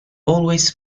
always